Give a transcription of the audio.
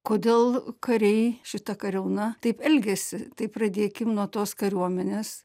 kodėl kariai šita kariauna taip elgiasi tai pradėkim nuo tos kariuomenės